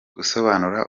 gusobanura